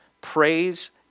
praise